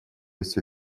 эти